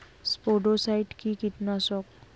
স্পোডোসাইট কি কীটনাশক?